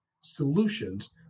solutions